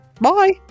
Bye